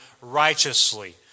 righteously